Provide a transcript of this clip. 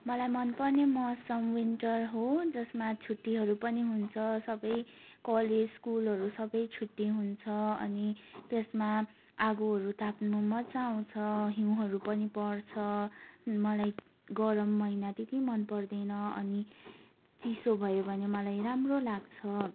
मलाई मन पर्ने मौसम विनटर हो यसमा छुट्टीहरू पनि हुन्छ सबै कलेज स्कुलहरू सबै छुट्टी हुन्छ अनि त्यसमा आगोहरू ताप्नु मजा आउँछ हिउँहरू पनि पर्छ मलाई गरम महिना त्यति मन पर्दैन अनि चिसो भयो भने मलाई राम्रो लाग्छ